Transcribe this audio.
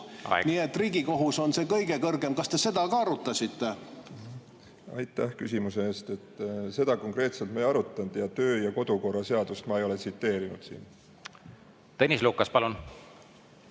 Nii et Riigikohus on see kõige kõrgem. Kas te seda ka arutasite? Aitäh küsimuse eest! Seda konkreetselt me ei arutanud ja töö- ja kodukorra seadust ma ei ole siin tsiteerinud.